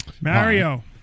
Mario